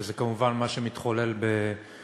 וזה כמובן מה שמתחולל בבית-אל.